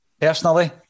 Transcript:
personally